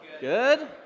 good